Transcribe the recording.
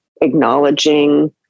acknowledging